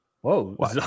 Whoa